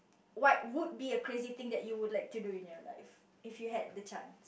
what would be a crazy thing you would like to do in your life if you had the chance